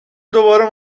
دوباره